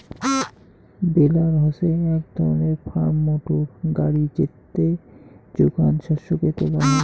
বেলার হসে এক ধরণের ফার্ম মোটর গাড়ি যেতে যোগান শস্যকে তোলা হই